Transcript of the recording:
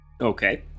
Okay